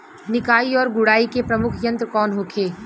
निकाई और गुड़ाई के प्रमुख यंत्र कौन होखे?